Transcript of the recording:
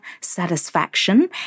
Satisfaction